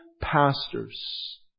pastors